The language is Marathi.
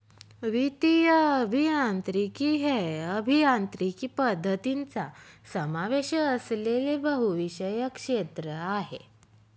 वित्तीय अभियांत्रिकी हे अभियांत्रिकी पद्धतींचा समावेश असलेले बहुविषय क्षेत्र आहे